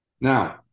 Now